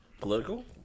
Political